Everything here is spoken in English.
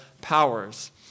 powers